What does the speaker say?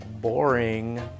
boring